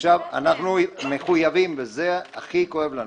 אנחנו מחויבים וזה הכי כואב לנו,